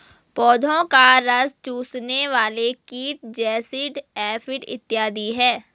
पौधों का रस चूसने वाले कीट जैसिड, एफिड इत्यादि हैं